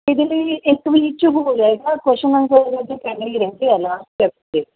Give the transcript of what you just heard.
ਇਹਦੇ ਲਈ ਇੱਕ ਵੀਕ 'ਚ ਹੋ ਜਾਵੇਗਾ ਕੁਸ਼ਚਨ ਆਨਸਰ ਪਹਿਲਾਂ ਹੀ ਰਹਿੰਦੇ ਆ ਲਾਸਟ ਚੈਪਟਰ ਦੇ